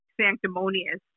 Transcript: sanctimonious